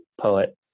poet